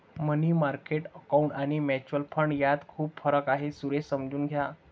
मनी market account आणि mutual fund यात खूप फरक आहे, सुरेश समजून घ्या